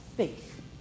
Faith